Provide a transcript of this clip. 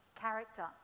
character